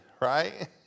right